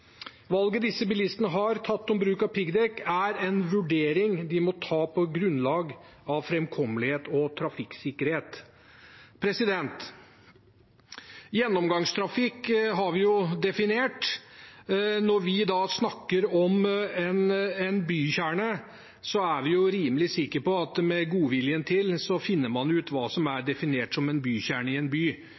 Valget disse bilistene har tatt om bruk av piggdekk, er en vurdering de må ta på grunnlag av framkommelighet og trafikksikkerhet. Gjennomgangstrafikk har vi jo definert. Når vi snakker om en bykjerne, er vi rimelig sikre på at man med litt godvilje finner ut hva som er definert som en bykjerne i en by.